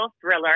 thriller